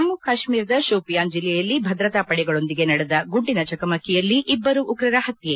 ಜಮ್ನು ಕಾಶ್ಸೀರದ ಶೋಪಿಯಾನ್ ಜಿಲ್ಲೆಯಲ್ಲಿ ಭದ್ರತಾ ಪಡೆಗಳೊಂದಿಗೆ ನಡೆದ ಗುಂಡಿನ ಚಕಮಕಿಯಲ್ಲಿ ಇಬ್ಬರು ಉಗ್ರರ ಹತ್ತೆ